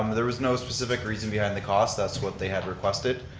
um there was no specific reason behind that cost, that's what they had requested,